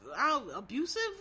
abusive